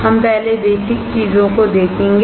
हम पहले बेसिक चीजों को देखेंगे